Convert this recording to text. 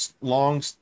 long